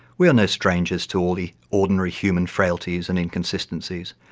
we are no strangers to all the ordinary human frailties and inconsistencies,